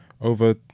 over